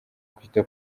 kwita